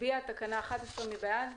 נצביע על תקנה 11. מי בעד?